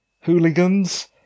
hooligans